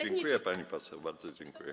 Dziękuję, pani poseł, bardzo dziękuję.